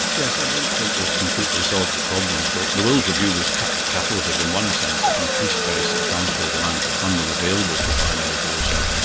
yes, i don't think we've completely solved the problems, but the wills review was catalytic in one sense, it increased very substantially the amount of funding available for biomedical research,